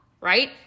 right